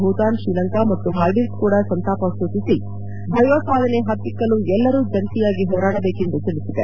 ಭೂತಾನ್ ಶ್ರೀಲಂಕಾ ಮತ್ತು ಮಾಲ್ದೀವ್ಸ್ ಕೂಡ ಸಂತಾಪ ಸೂಚಿಸಿ ಭಯೋತ್ಪಾದನೆಯನ್ನು ಹತ್ತಿಕ್ಕಲು ಎಲ್ಲರೂ ಜಂಟಯಾಗಿ ಹೋರಾಡಬೇಕೆಂದು ತಿಳಿಸಿದೆ